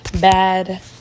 bad